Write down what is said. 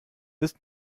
ist